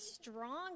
strong